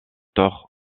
tort